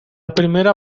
primera